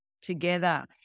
together